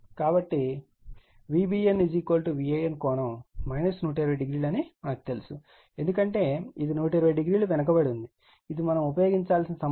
కాబట్టి VBN VAN ∠ 1200 అని మనకు తెలుసు ఎందుకంటే ఇది 120o వెనుకబడి ఉంది ఇది మనం ఉపయోగించాల్సిన సంబంధం